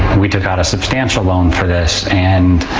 we took out a substantial loan for this. and,